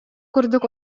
курдук